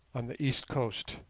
on the east coast,